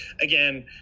again